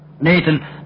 Nathan